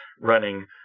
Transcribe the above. running